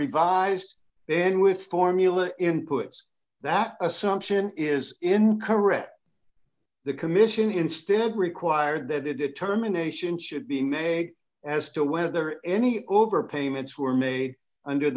revised then with formula inputs that assumption is in carette the commission instead required that it determination should be made as to whether any over payments were made under